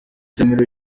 somero